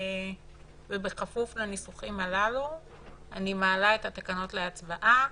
ובכפוף לניסוחים הללו אני מעלה את התקנות להצבעה.